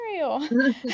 material